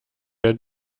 der